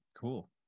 cool